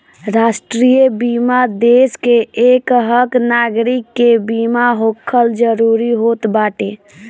राष्ट्रीय बीमा देस के एकहक नागरीक के बीमा होखल जरूरी होत बाटे